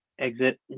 Exit